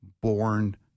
born